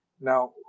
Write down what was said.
now